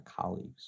colleagues